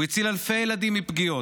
הוא הציל אלפי ילדים מפגיעות,